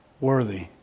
Worthy